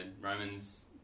Romans